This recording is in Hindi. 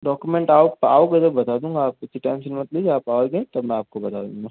डॉक्यूमेंट आप आओगे जब बता दूंगा आप उसकी टेंशन मत लीजिए आप आओगे तब मैं आपको बता दूंगा